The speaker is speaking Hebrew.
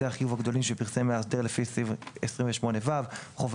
החיוב הגדולים שפרסם מאסדר לפי סעיף 28(ו); חובה